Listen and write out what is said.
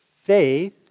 faith